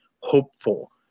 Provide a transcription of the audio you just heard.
hopeful